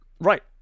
Right